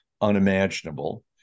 unimaginable